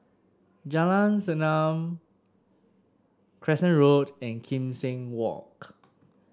Jalan Segam Crescent Road and Kim Seng Walk